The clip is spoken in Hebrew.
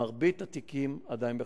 מרבית התיקים עדיין בחקירה.